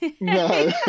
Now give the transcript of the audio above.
No